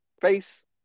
face